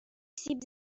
سیب